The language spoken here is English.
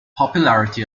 popularity